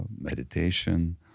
meditation